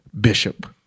Bishop